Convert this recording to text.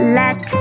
let